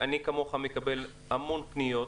אני, כמוך, מקבל המון פניות.